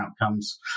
outcomes